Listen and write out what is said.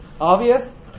obvious